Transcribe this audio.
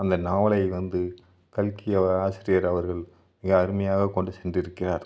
அந்த நாவலை வந்து கல்கி அவ ஆசிரியர் அவர்கள் மிக அருமையாக கொண்டு சென்று இருக்கிறார்